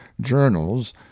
journals